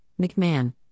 McMahon